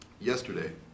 yesterday